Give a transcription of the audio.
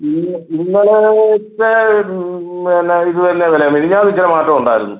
ഇന്ന് ഇന്നലെ ഇത്ര പിന്നെ ഇത് തന്നെയാണ് വില മെനിഞ്ഞാന്ന് ഇച്ചിരി മാറ്റം ഉണ്ടായിരുന്നു